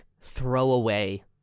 throwaway